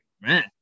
man